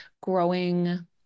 growing